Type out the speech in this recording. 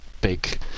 big